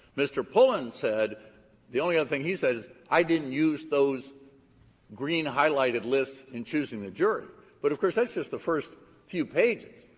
mr. said the only other thing he said is, i didn't use those green-highlighted lists in choosing the jury but, of course, that's just the first few pages.